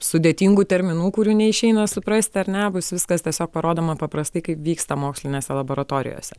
sudėtingų terminų kurių neišeina suprasti ar ne bus viskas tiesiog parodoma paprastai kaip vyksta mokslinėse laboratorijose